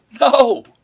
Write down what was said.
No